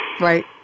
Right